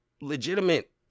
legitimate